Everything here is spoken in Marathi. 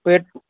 पेट